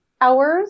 hours